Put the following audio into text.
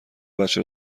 بچه